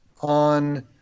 on